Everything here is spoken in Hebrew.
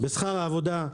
בשכר העבודה,